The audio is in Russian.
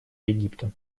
египта